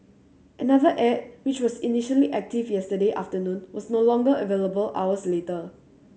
another ad which was initially active yesterday afternoon was no longer available hours later